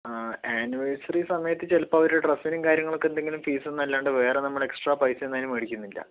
anniversary സമയത്തു ചിലപ്പം അവരുടെ ഡ്രെസ്സിനും കാര്യങ്ങളൊക്കെ എന്തിനും ഫീസെന്നല്ലാണ്ട് വേറെ നമ്മൾ എക്സ്ട്രാ പൈസയൊന്നും അതിനു മേടിക്കുന്നില്ല